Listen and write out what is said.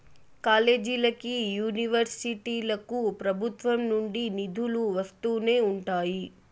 కాలేజీలకి, యూనివర్సిటీలకు ప్రభుత్వం నుండి నిధులు వస్తూనే ఉంటాయి